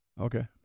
Okay